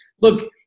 Look